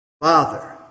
Father